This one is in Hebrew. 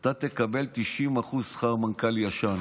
אתה תקבל 90% שכר מנכ"ל ישן.